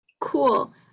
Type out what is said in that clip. Cool